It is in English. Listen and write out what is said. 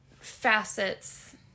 facets